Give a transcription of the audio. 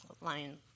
Lion